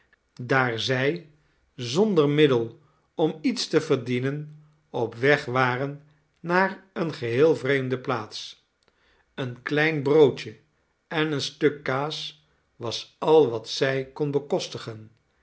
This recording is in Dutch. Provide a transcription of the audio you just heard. daar zij zonder middel om iets te verdienen op weg waren naar eene geheel vreemde plaats een klein broodje en een stuk kaas was al wat zij kon bekostigen